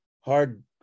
hard